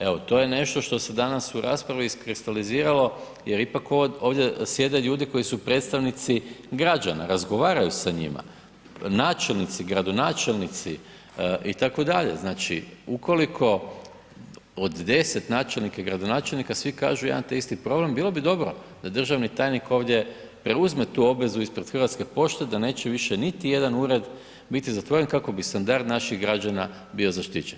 Evo to je nešto što se danas u raspravi iskristaliziralo jer ipak ovdje sjede ljudi koji su predstavnici građana, razgovaraju sa njima, načelnici, gradonačelnici itd., znači ukoliko od 10 načelnika i gradonačelnika svi kažu jedan te isti problem, bilo bi dobro da državni tajnik ovdje preuzme tu obvezu ispred Hrvatske pošte da neće više niti jedan ured biti zatvoren kako bi standard naših građana bio zaštićen.